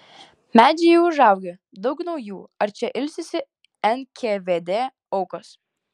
medžiai jau užaugę daug naujų ar čia ilsisi nkvd aukos